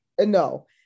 no